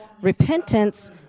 repentance